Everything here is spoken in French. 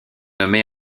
nommée